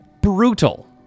Brutal